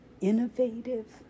innovative